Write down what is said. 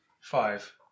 Five